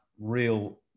real